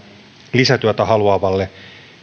lisätyötä haluavalle